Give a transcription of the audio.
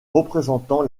représentant